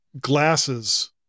glasses